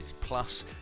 Plus